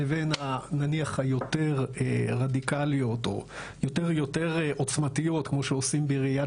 לבין נניח היותר רדיקליות או יותר עוצמתיות כמו שעושים בעיריית